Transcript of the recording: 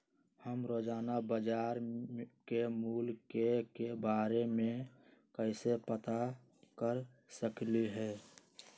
हम रोजाना बाजार के मूल्य के के बारे में कैसे पता कर सकली ह?